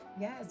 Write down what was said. yes